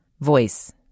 voice